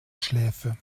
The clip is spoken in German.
schläfe